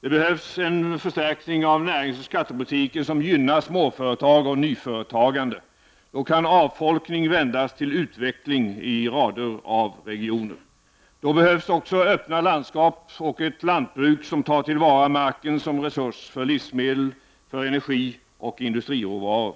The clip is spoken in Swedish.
Det behövs en förstärkning av näringsoch skattepolitik som gynnar småföretag och nyföretagande. Då kan avfolkning vändas till utveckling i rader av regioner. Då behövs också öppna landskap och ett lantbruk som tar till vara marken som resurs för livsmedel och för energioch industriråvaror.